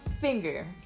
finger